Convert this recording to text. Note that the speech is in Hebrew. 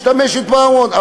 משתמשת בה המון,